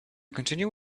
continue